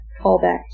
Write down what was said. callback